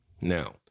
Now